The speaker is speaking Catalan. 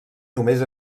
només